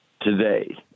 today